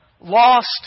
lost